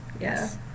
Yes